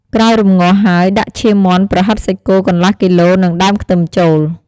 ក្រោយរំងាស់ហើយដាក់ឈាមមាន់ ប្រហិតសាច់គោកន្លះគីឡូ និងដើមខ្ទឹមចូល។